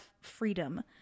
freedom